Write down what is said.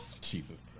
Jesus